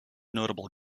notable